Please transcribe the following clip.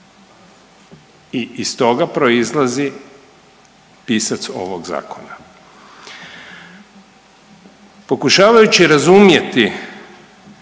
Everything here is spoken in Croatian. I iz toga proizlazi pisac ovog zakona. Pokušavajući razumjeti